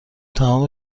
تمام